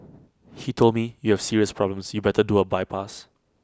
he told me you have serious problems you better do A bypass